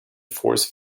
force